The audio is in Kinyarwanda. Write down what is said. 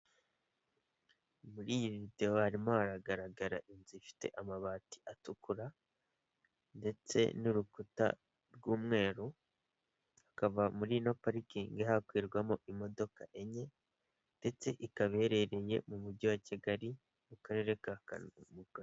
Muri iyi videwo harimo haragaragara inzu ifite amabati atukura, ndetse n'urukuta rw'umweru, hakaba muri ino parikingi hakwirwamo imodoka enye, ndetse ikaba iherereye mu mujyi wa Kigali mu karere ka Gasabo.